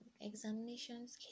examinations